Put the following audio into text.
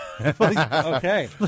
Okay